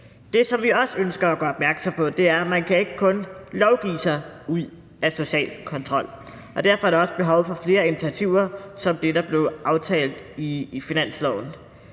Det, som vi også ønsker at gøre opmærksom på, er, at man ikke kan lovgive sig ud af social kontrol, og derfor er der også behov for flere initiativer som det, der blev aftalt i finansloven.